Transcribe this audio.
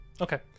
Okay